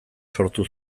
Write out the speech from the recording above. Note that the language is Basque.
sortu